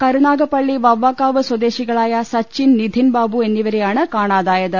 കരുനാഗപ്പള്ളി വവ്വാക്കാവ് സ്വദേശികളായ സച്ചിൻ നിധിൻ ബാബു എന്നിവരെയാണ് കാണാ തായത്